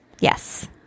Yes